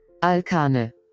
Alkane